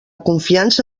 confiança